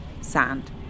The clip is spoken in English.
sand